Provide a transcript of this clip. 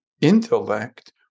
intellect